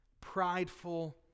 prideful